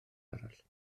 arall